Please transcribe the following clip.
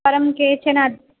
परं केचन